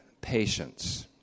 patience